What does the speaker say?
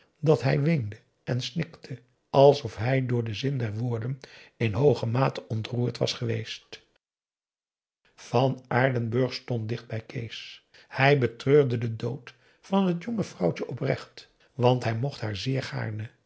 dat hij weende en snikte alsof hij door den zin der woorden in hooge mate ontroerd was geweest van aardenburg stond dicht bij kees hij betreurde den dood van het jonge vrouwtje oprecht want hij mocht haar zeer gaarne